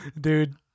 dude